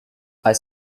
are